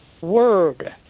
word